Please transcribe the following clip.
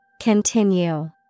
Continue